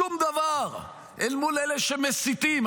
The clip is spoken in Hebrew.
שום דבר מול אלה שמסיתים.